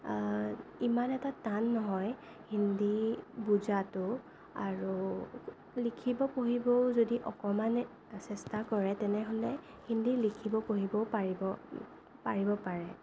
ইমান এটা টান নহয় হিন্দী বুজাতো আৰু লিখিব পঢ়িবও যদি অকণমান চেষ্টা কৰে তেনেহ'লে হিন্দী লিখিব পঢ়িবও পাৰিব পাৰিব পাৰে